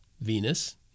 Venus